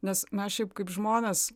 nes mes šiaip kaip žmonės